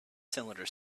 cylinder